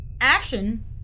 action